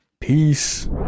Peace